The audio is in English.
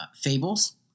Fables